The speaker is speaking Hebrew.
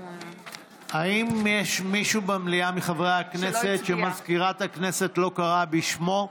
האם יש מישהו מחברי הכנסת במליאה שמזכירת הכנסת לא קראה בשמו?